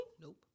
nope